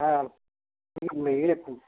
হ্যাঁ